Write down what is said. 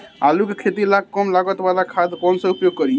आलू के खेती ला कम लागत वाला खाद कौन सा उपयोग करी?